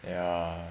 ya